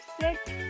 six